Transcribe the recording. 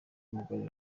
umugore